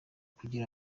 kugira